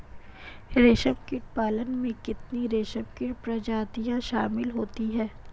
रेशमकीट पालन में कितनी रेशमकीट प्रजातियां शामिल होती हैं?